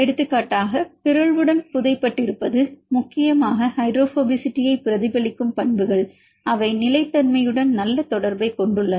எடுத்துக்காட்டாக பிறழ்வுடன் புதை பட்டிருப்பது முக்கியமாக ஹைட்ரோபோபசிட்டியை பிரதிபலிக்கும் பண்புகள் அவை நிலைத்தன்மையுடன் நல்ல தொடர்பைக் கொண்டுள்ளன